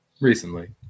Recently